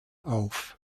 auf